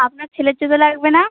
আপনার ছেলের জুতো লাগবে না